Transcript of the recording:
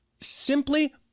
simply